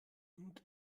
und